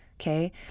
Okay